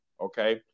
okay